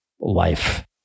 life